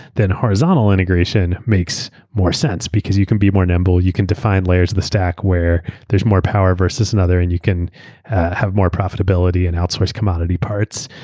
then horizontal integration makes more sense because you can be more nimble, you can define layers of the stack where there's more power versus another, and you can have more profitability and outsource commodity parts.